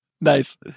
Nice